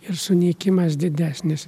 ir sunykimas didesnis